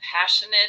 passionate